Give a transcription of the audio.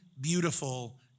beautiful